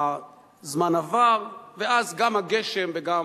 הזמן עבר, ואז גם הגשם וגם